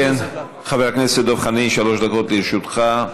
חבר הכנסת דב חנין, שלוש דקות לרשותך.